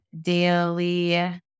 daily